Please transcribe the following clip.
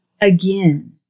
Again